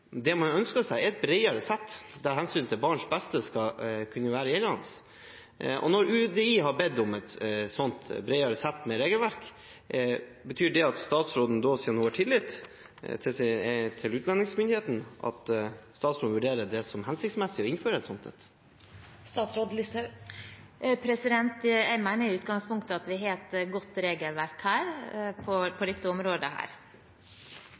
Det man ønsker seg, er et bredere sett med reaksjonsformer, der hensynet til barns beste skal være gjeldende. Når UDI har bedt om et bredere sett av reaksjonsformer, betyr det at statsråden da – siden hun har tillit til utlendingsmyndighetene – vurderer det som hensiktsmessig å innføre det? Jeg mener i utgangspunktet at vi har et godt regelverk på dette området.